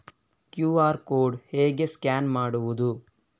QR code ಹೇಗೆ scan ಮಾಡುವುದು?